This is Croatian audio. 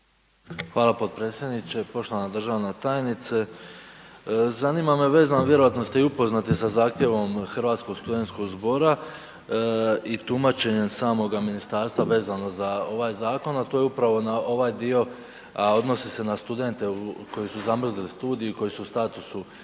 Hvala potpredsjedniče. Poštovana državna tajnice, zanima me vezano, vjerojatno ste i upoznati sa zahtjevom Hrvatskog studentskog zbora i tumačenja samoga ministarstva vezano za ovaj zakon, a to je upravo na ovaj dio, a odnosi se na studente koji su zamrznuli studij, koji su u statusu